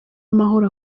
amahoro